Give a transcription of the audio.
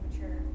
mature